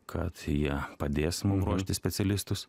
kad jie padės mum ruošti specialistus